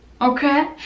Okay